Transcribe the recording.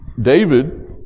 David